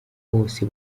bose